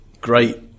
great